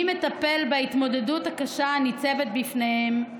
מי מטפל בהתמודדות הקשה הניצבת בפניהם,